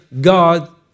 God